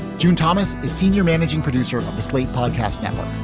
june thomas is senior managing producer of the slate podcast network.